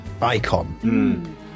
icon